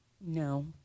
No